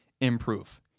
improve